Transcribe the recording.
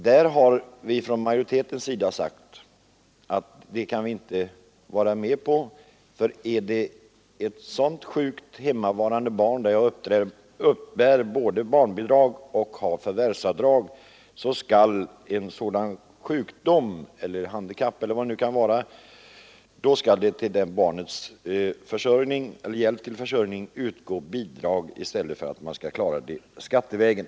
Vi har från majoritetens sida sagt att vi inte kan vara med på detta. Den som vårdar ett sjukt eller svårt handikappat barn kan som hjälp till barnets försörjning få vårdbidrag, men man skall inte klara det skattevägen.